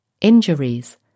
Injuries